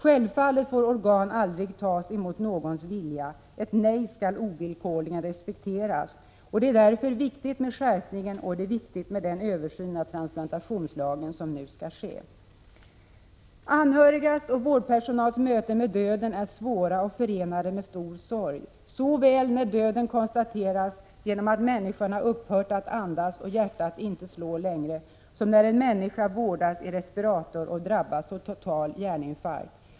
Organ får givetvis aldrig tas mot någons vilja. Ett nej skall ovillkorligen respekteras. Det är därför viktigt med den föreslagna skärpningen och med den översyn av transplantationslagen som nu skall ske. Anhörigas och vårdpersonals möten med döden är svåra och förenade med stor sorg, såväl när döden konstateras genom att människan har upphört att andas och hjärtat inte slår längre som när en människa vårdas i respirator och drabbas av total hjärninfarkt.